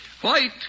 White